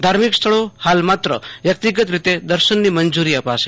ધાર્મિક સ્થળો હાલ માત્ર વ્યક્તિગત રીતે દર્શનની મંજુરી અપાશે